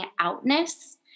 outness